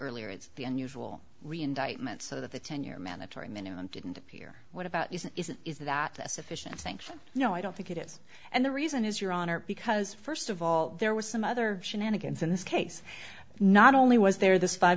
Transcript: earlier it's the unusual re indictments of the ten year mandatory minimum didn't appear what about is it is that a sufficient sanction no i don't think it is and the reason is your honor because first of all there was some other shenanigans in this case not only was there this five